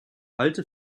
alte